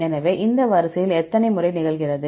எனவே இந்த வரிசையில் எத்தனை முறை நிகழ்கிறது